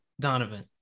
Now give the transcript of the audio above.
Donovan